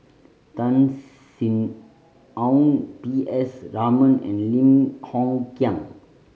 Tan Sin Aun P S Raman and Lim Hng Kiang